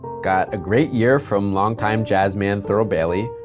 got a great year from long-time jazzman thurl bailey,